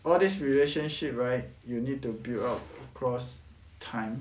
all this relationship right you need to build up across time